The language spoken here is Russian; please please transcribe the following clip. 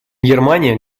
германия